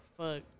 fuck